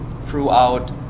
throughout